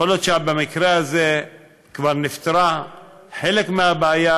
יכול להיות שבמקרה הזה כבר נפתרה חלק מהבעיה,